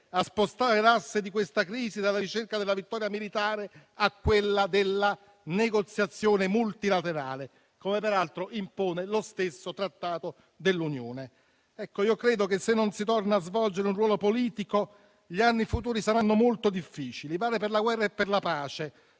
a spostare l'asse di questa crisi dalla ricerca della vittoria militare alla negoziazione multilaterale, come peraltro impone lo stesso Trattato dell'Unione. Ecco, credo che se non si tornerà a svolgere un ruolo politico gli anni futuri saranno molto difficili: vale per la guerra e per la pace,